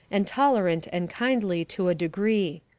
and tolerant and kindly to a degree.